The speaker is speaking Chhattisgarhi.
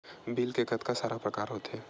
बिल के कतका सारा प्रकार होथे?